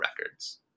records